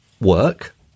work